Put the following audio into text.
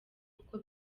kuko